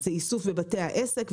שזה איסוף מבתי העסק,